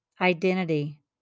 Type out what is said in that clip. identity